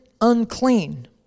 unclean